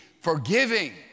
forgiving